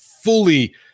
fully